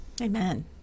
Amen